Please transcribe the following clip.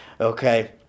Okay